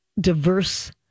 diverse